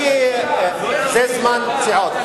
זה זמן פציעות.